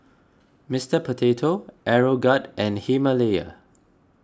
Mister Potato Aeroguard and Himalaya